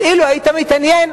אבל אילו היית מתעניין,